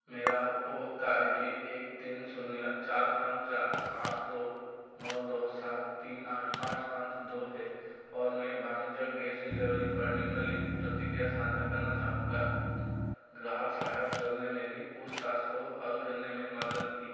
मेरा उपभोक्ता I D एक तीन शून्य चार पाँच चार सात दो नौ दो सात तीन आठ पाँच पाँच दो है और मैं वाणिज्यक गैस डिलवरी पर निम्नलिखित प्रतिक्रिया साझा करना चाहूँगा ग्राहक सहायत दल ने मेरी पूछताछ को हल करने में मदद की